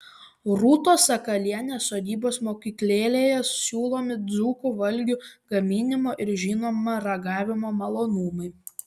rūtos sakalienės sodybos mokyklėlėje siūlomi dzūkų valgių gaminimo ir žinoma ragavimo malonumai